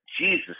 Jesus